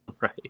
Right